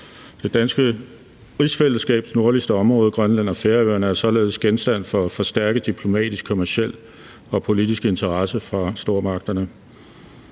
Det danske rigsfællesskabs nordligste områder, Grønland og Færøerne, er således genstand for forstærket diplomatisk, kommerciel og politisk interesse fra stormagternes